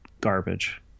garbage